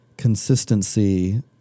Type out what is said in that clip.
Consistency